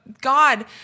God